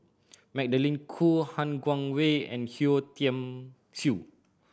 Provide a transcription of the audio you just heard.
Magdalene Khoo Han Guangwei and Yeo Tiam Siew